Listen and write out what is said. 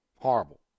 Horrible